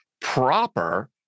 proper